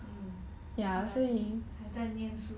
还在念书的 lah